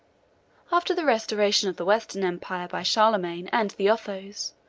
after the restoration of the western empire by charlemagne and the othos,